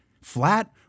Flat